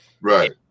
right